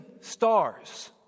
stars